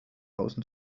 außen